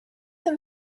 them